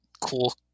cool